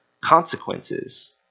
consequences